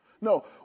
No